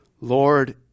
Lord